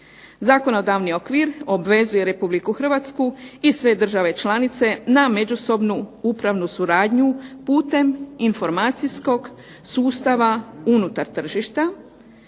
Zakonodavni okvir obvezuje RH i sve države članice na međusobnu upravnu suradnju putem informacijskog sustava unutar tržišta.